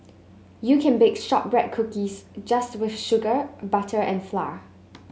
you can bake shortbread cookies just with sugar butter and flour